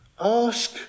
Ask